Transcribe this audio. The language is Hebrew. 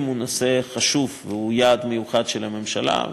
הוא נושא חשוב והוא יעד מיוחד של הממשלה,